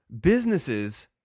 businesses